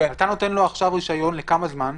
אתה נותן לו עכשיו רישיון לכמה זמן?